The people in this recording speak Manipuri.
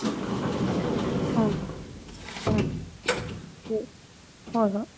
ꯎꯝ ꯎꯝ ꯎꯝ ꯎꯝ ꯍꯣꯏ ꯍꯣꯏ